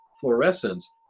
fluorescence